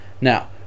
Now